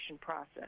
process